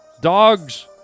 dogs